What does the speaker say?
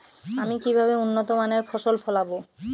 আমি কিভাবে উন্নত মানের ফসল ফলাব?